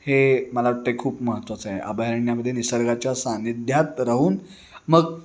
हे मला वाटते खूप महत्त्वाचं आहे अभयारण्यामध्ये निसर्गाच्या सानिध्यात राहून मग